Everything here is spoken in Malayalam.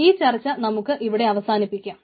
ഈ ചർച്ച നമുക്ക് ഇവിടെ അവസാനിപ്പിക്കാം